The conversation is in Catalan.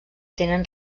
tenien